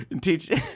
Teach